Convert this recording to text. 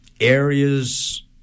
areas